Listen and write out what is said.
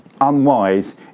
unwise